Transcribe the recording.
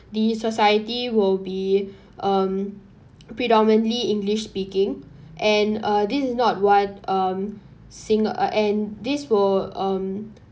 the society will be um predominantly english speaking and uh this is not what um Sing~ and this would um